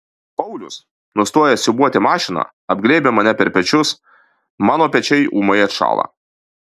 paulius nustojęs siūbuoti mašiną apglėbia mane per pečius mano pečiai ūmai atšąla